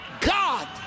God